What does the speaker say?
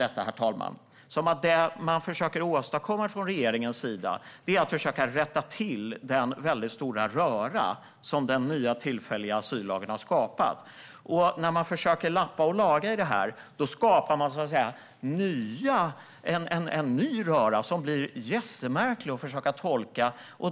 Jag tolkar detta som att det regeringen försöker åstadkomma är att rätta till den väldigt stora röra som den nya tillfälliga asyllagen har skapat. Men när regeringen försöker lappa och laga i det här skapar den en ny jättemärklig röra som man ska försöka tolka.